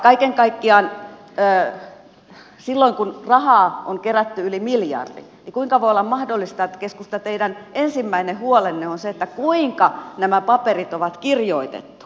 kaiken kaikkiaan silloin kun rahaa on kerätty yli miljardin kuinka voi olla mahdollista että keskusta teidän ensimmäinen huolenne on se kuinka nämä paperit on kirjoitettu